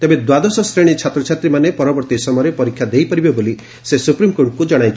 ତେବେ ଦ୍ୱାଦଶ ଶ୍ରେଣୀ ଛାତ୍ରଛାତ୍ରୀମାନେ ପରବର୍ତ୍ତୀ ସମୟରେ ପରୀକ୍ଷା ଦେଇପାରିବେ ବୋଲି ସେ ସୁପ୍ରିମକୋର୍ଟଙ୍କୁ ଜଣାଇଛନ୍ତି